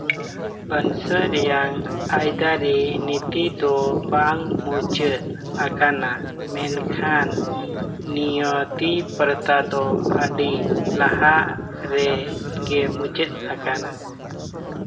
ᱵᱚᱝᱥᱚ ᱨᱮᱭᱟᱜ ᱟᱹᱭᱫᱟᱹᱨᱤ ᱱᱤᱛᱤ ᱫᱚ ᱵᱟᱝ ᱢᱩᱪᱟᱹᱫ ᱟᱠᱟᱱᱟ ᱢᱮᱱᱠᱷᱟᱱ ᱱᱤᱭᱟᱹᱛᱤ ᱯᱨᱚᱛᱷᱟ ᱫᱚ ᱟᱹᱰᱤ ᱞᱟᱦᱟ ᱨᱮᱜᱮ ᱢᱩᱪᱟᱹᱫ ᱟᱠᱟᱱᱟ